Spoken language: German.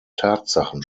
tatsachen